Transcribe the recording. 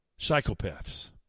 Psychopaths